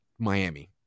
Miami